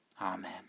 Amen